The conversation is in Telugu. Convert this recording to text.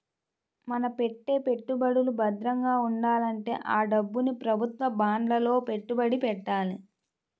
మన పెట్టే పెట్టుబడులు భద్రంగా ఉండాలంటే ఆ డబ్బుని ప్రభుత్వ బాండ్లలో పెట్టుబడి పెట్టాలి